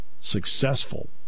successful